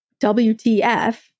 WTF